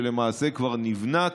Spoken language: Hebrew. שלמעשה כבר נבנה,